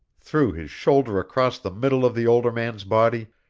threw his shoulder across the middle of the older man's body,